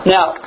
Now